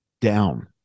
down